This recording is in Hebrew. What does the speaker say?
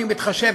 אני מתחשב,